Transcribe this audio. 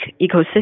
ecosystem